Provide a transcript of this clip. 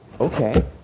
okay